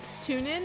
TuneIn